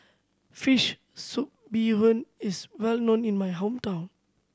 fish soup bee hoon is well known in my hometown